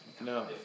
No